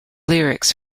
lyrics